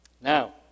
Now